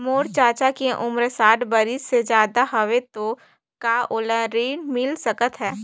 मोर चाचा के उमर साठ बरिस से ज्यादा हवे तो का ओला ऋण मिल सकत हे?